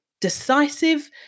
decisive